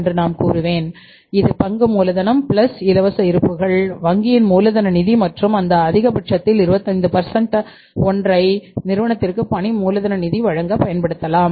என்று நான் கூறுவேன் இது பங்கு மூலதனம் இலவச இருப்புக்கள் வங்கியின் மூலதன நிதி மற்றும் அந்த அதிகபட்சத்தில் 25 ஒற்றை நிறுவனத்திற்கு பணி மூலதன நிதி வழங்க பயன்படுத்தப்படலாம்